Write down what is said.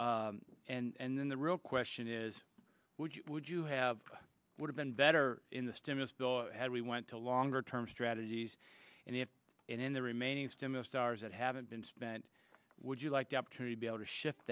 hurt and then the real question is would you would you have would have been better in the stimulus bill had we went to longer term strategies and if in the remaining stimulus stars that haven't been spent would you like the opportunity to be able to shift